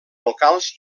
locals